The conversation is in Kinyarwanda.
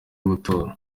gutora